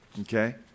okay